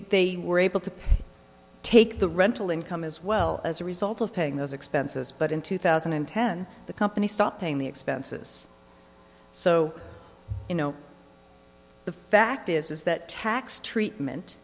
they were able to take the rental income as well as a result of paying those expenses but in two thousand and ten the company stopped paying the expenses so you know the fact is that tax treatment